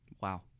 Wow